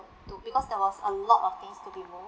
to because there was a lot of things to be move